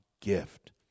gift